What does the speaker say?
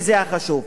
וזה החשוב,